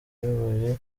uyoboye